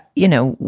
you know,